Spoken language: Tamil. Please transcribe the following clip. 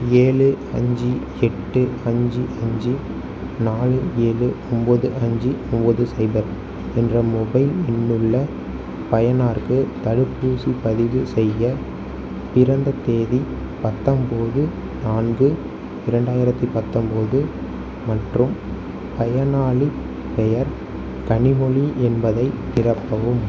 ஏழு அஞ்சு எட்டு அஞ்சு அஞ்சு நாலு ஏழு ஒம்போது அஞ்சு ஒம்போது சைபர் என்ற மொபைல் எண்ணுள்ள பயனருக்கு தடுப்பூசிப் பதிவு செய்ய பிறந்த தேதி பத்தொம்போது நான்கு இரண்டாயிரத்தி பத்தொம்போது மற்றும் பயனாளிப் பெயர் கனிமொழி என்பதை நிரப்பவும்